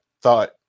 thought